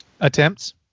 Attempts